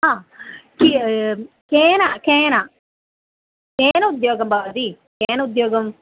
हा के केन केन केन उद्योगं भवति केन उद्योगम्